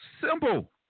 Simple